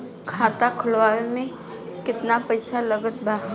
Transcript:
खाता खुलावे म केतना पईसा लागत बा?